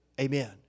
Amen